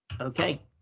Okay